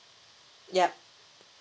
yup